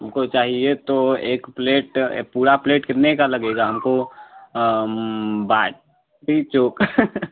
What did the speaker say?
हमको चाहिए तो एक प्लेट ए पूरा प्लेट कितने का लगेगा हमको बाटी चोखा